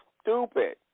stupid